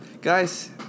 Guys